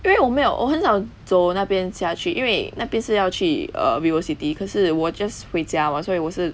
因为我没有我很少走那边下去因为那边是要去 err vivocity 可是我 just 回家所以我是